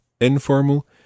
Informal